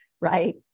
right